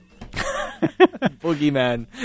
Boogeyman